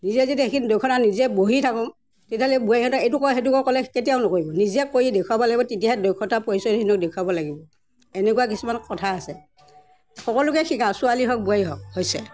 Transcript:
নিজে যদি সেইখিনি দক্ষতা নিজে বহি থাকোঁ তেতিয়াহ'লে বোৱাৰীহঁতক এইটো কৰ সেইটো কৰ ক'লে কেতিয়াও নকৰিব নিজে কৰি দেখুৱাব লাগিব তেতিয়াহে দক্ষতা পৰিচয়খিনিও দেখুৱাব লাগিব এনেকুৱা কিছুমান কথা আছে সকলোকে শিকাওঁ ছোৱালী হওক বোৱাৰী হওক হৈছে